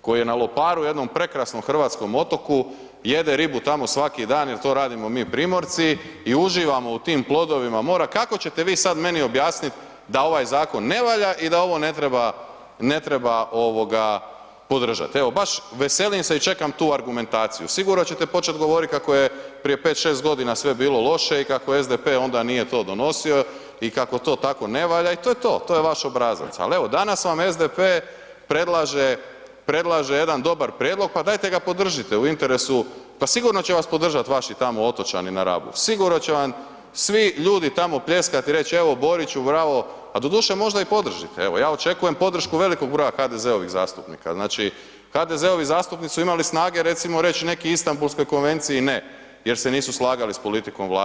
koji je na Loparu jednom prekrasnom hrvatskom otoku jede ribu tamo svaki dan jel to radimo mi Primorci i uživamo u tim plodovima mora, kako ćete vi sad meni objasnit da ovaj zakon ne valja i da ovo ne treba, ne treba ovoga podržat, evo baš veselim se i čekam tu argumentaciju, sigurno ćete počet govorit kako je prije 5-6.g. sve bilo loše i kako SDP onda nije to donosio i kako to tako ne valja i to je to, to je vaš obrazac, al evo danas vam SDP predlaže, predlaže jedan dobar prijedlog, pa dajete ga podržite u interesu, pa sigurno će vas podržat vaši tamo otočani na Rabu, sigurno će vam svi ljudi tamo pljeskat i reć evo Boriću bravo, a doduše možda i podržite, evo ja očekujem podršku velikog broja HDZ-ovih zastupnika, znači HDZ-ovi zastupnici su imali snage recimo reć neki Istambulskoj konvenciji ne jer se nisu slagali s politikom Vlade.